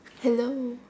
hello